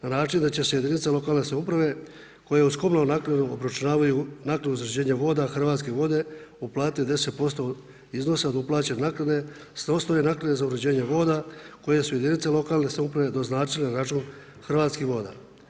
Na način da će se jedinica lokalne samouprave, koja uz komunalnu naknadu obračunavaju, naknadu za uređenje voda, Hrvatske vode, uplatiti 10% iznosa, ako plaća naknade, sa osnove naknade za uređenje voda, koje su jedinica lokalne samouprave doznačile račun Hrvatskih voda.